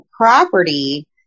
property